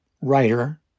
writer